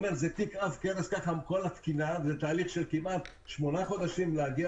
כל התקינה זה תיק עב כרס וכדי להגיע